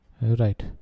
Right